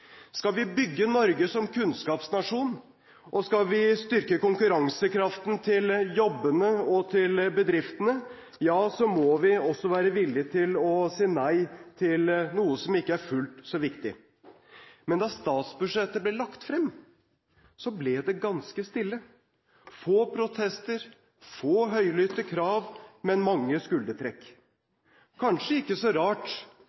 Skal vi bygge Norge som kunnskapsnasjon og skal vi styrke konkurransekraften til jobbene og til bedriftene, ja så må vi også være villig til å si nei til noe som ikke er fullt så viktig. Da statsbudsjettet ble lagt frem, ble det ganske stille – det var få protester, få høylytte krav, men mange skuldertrekk. Det var kanskje ikke så rart,